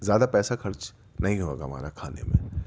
زیادہ پیسہ خرچ نہیں ہوگا ہمارا کھانے میں